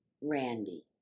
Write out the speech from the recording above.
Randy